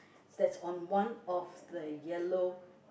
that's on one of the yellow